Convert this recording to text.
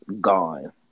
gone